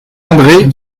andré